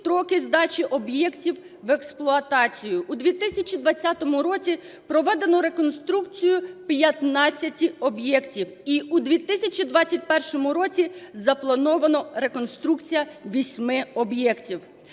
У 2020 році проведено реконструкцію 15 об'єктів. І у 2021 році запланована реконструкція восьми об'єктів.